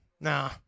Nah